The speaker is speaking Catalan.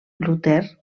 luter